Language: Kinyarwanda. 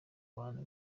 bantu